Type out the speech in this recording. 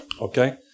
okay